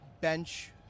Bench